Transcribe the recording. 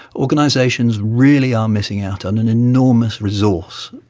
organisations really are missing out on an enormous resource,